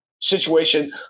situation